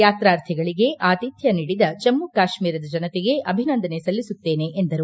ಯಾತ್ರಾರ್ಥಿಗಳಿಗೆ ಆತಿಥ್ಡ ನೀಡಿದ ಜಮ್ಮ ಕಾಶ್ಮೀರದ ಜನತೆಗೆ ಅಭಿನಂದನೆ ಸಲ್ಲಿಸುತ್ತೇನೆ ಎಂದರು